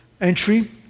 entry